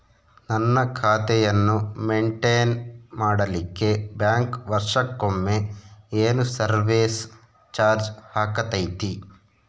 ನನ್ನ ಖಾತೆಯನ್ನು ಮೆಂಟೇನ್ ಮಾಡಿಲಿಕ್ಕೆ ಬ್ಯಾಂಕ್ ವರ್ಷಕೊಮ್ಮೆ ಏನು ಸರ್ವೇಸ್ ಚಾರ್ಜು ಹಾಕತೈತಿ?